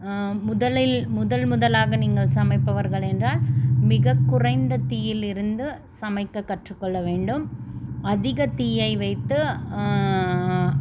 முதலில் முதல் முதலாக நீங்கள் சமைப்பவர்கள் என்றால் மிகக்குறைந்த தீயிலிருந்து சமைக்க கற்றுக்கொள்ள வேண்டும் அதிக தீயை வைத்து